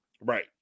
Right